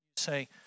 Say